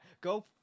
go